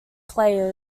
players